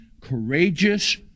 courageous